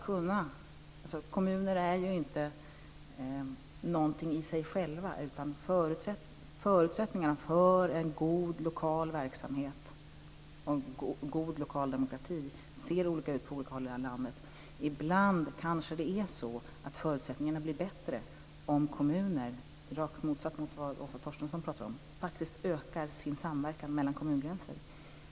Kommuner är ju inte något i sig själva, utan förutsättningarna för en god lokal verksamhet och en god lokal demokrati ser olika ut på olika håll i det här landet. Ibland kanske förutsättningarna blir bättre om kommuner, i rak motsats till vad Åsa Torstensson pratar om, faktiskt ökar sin samverkan över kommungränserna.